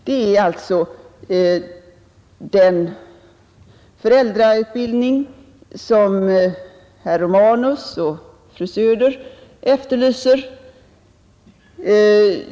Det är en sådan föräldrautbildning som herr Romanus och fru Söder vill få till stånd.